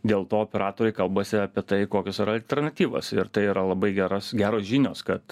dėl to operatoriai kalbasi apie tai kokios yra alternatyvos ir tai yra labai geras geros žinios kad